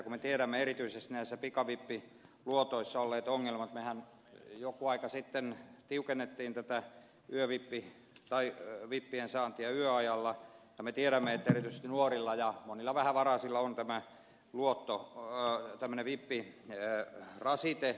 me tiedämme erityisesti näissä pikavippiluotoissa olleet ongelmat mehän joku aika sitten tiukensimme tätä vippien saantia yöajalla ja me tiedämme että erityisesti nuorilla ja monilla vähävaraisilla on tämän luottoa vaan tän viitti tämmöinen vippirasite